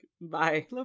Bye